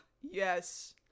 yes